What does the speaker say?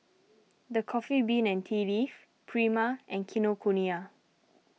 the Coffee Bean and Tea Leaf Prima and Kinokuniya